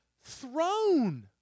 throne